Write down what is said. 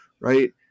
right